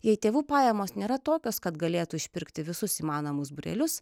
jei tėvų pajamos nėra tokios kad galėtų išpirkti visus įmanomus būrelius